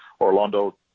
Orlando